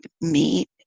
meet